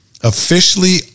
officially